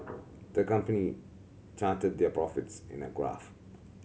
the company charted their profits in a graph